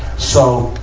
so,